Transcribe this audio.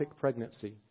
pregnancy